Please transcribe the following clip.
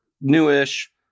newish